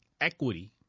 equity